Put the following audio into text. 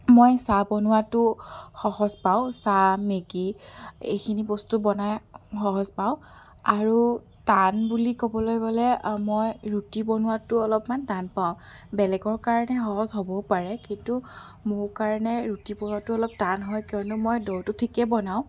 মই চাহ বনোৱাটো সহজ পাওঁ চাহ মেগী এইখিনি বস্তু বনাই সহজ পাওঁ আৰু টান বুলি ক'বলৈ গ'লে মই ৰুটি বনোৱাটো অলপমান টান পাওঁ বেলেগৰ কাৰণে সহজ হ'বও পাৰে কিন্তু মোৰ কাৰণে ৰুটি বনোৱাটো অলপ টান হয় কিয়নো মই দ'টো ঠিকে বনাওঁ